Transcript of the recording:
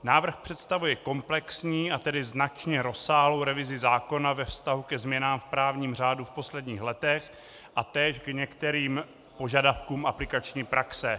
Návrh představuje komplexní, a tedy značně rozsáhlou revizi zákona ve vztahu ke změnám v právním řádu v posledních letech a též k některým požadavkům aplikační praxe.